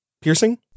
piercing